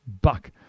buck